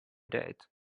date